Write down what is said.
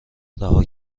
رها